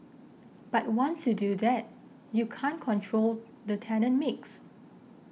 but once you do that you can't control the tenant mix